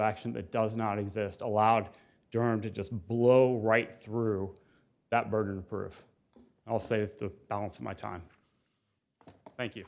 action that does not exist allowed derm to just blow right through that burden of i'll stay with the balance of my time thank you